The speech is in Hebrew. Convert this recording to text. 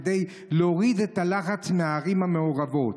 כדי להוריד את הלחץ מהערים המעורבות,